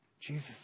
Jesus